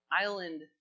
island